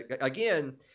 again